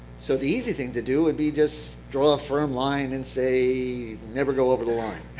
so the easy thing to do would be just draw a firm line and say never go over the line.